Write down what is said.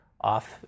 off